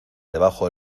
debajo